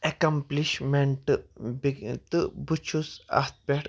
accomplishment بِگ تہٕ بہٕ چھُس اَتھ پٮ۪ٹھ